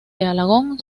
alagón